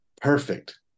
perfect